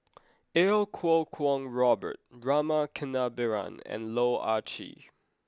Iau Kuo Kwong Robert Rama Kannabiran and Loh Ah Chee